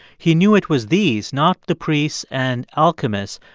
he knew it was these, not the priests and alchemists,